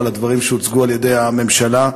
על הדברים שהוצגו על-ידי הממשלה.